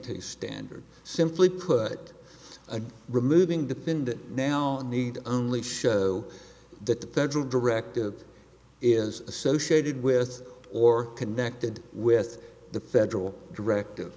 a standard simply put a removing defendant now need only show that the federal directive is associated with or connected with the federal directive